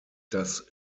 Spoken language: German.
das